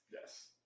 Yes